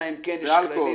ואלכוהול.